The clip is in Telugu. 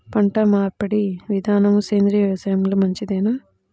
పంటమార్పిడి విధానము సేంద్రియ వ్యవసాయంలో మంచిదేనా?